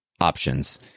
Options